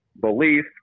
belief